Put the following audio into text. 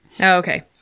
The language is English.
okay